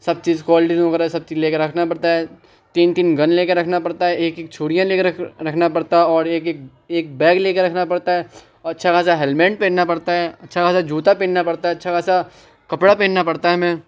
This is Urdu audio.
سب چیز کولڈرنک وغیرہ سب چیز لے کے رکھنا پڑتا ہے تین تین گن لے کے رکھنا پڑتا ہے ایک ایک چھریاں لے کے رکھنا پڑتا ہے اور ایک ایک بیگ لے كے ركھنا پڑتا ہے اور اچّھا خاصا ہیلمیٹ پہننا پڑتا ہے اچّھا خاصا جوتا پہننا پڑتا ہے اچّھا خاصا كپڑا پہننا پڑتا ہے ہمیں